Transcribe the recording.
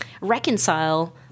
reconcile